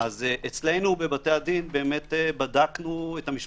אז אצלנו בבתי הדין בדקנו את המשפחות.